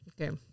Okay